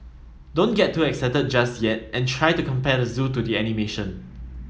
don't get too excited just yet and try to compare the zoo to the animation